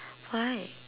why